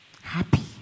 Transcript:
happy